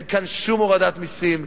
אין כאן שום הורדת מסים,